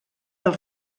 del